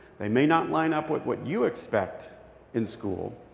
they may not line up with what you expect in school,